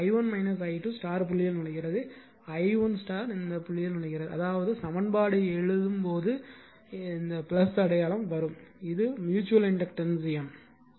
எனவே i1 i2 புள்ளியில் நுழைகிறது i2 புள்ளியில் நுழைகிறது அதாவது சமன்பாடு எழுதும் போது இந்த அடையாளம் வரும் இது ம்யூச்சுவல் இண்டக்டன்ஸ் M